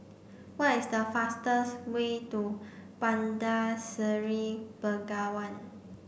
what is the fastest way to Bandar Seri Begawan